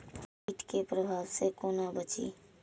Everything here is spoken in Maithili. कीट के प्रभाव से कोना बचीं?